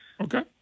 Okay